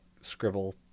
scribble